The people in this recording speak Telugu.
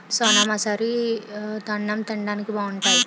సోనామసూరి దాన్నెం తిండానికి బావుంటాయి